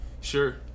Sure